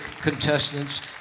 contestants